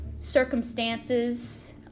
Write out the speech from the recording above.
circumstances